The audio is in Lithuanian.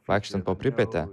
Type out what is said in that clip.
vaikštant po pripetę